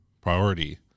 priority